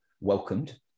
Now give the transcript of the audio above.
welcomed